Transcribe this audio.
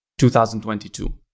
2022